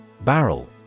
Barrel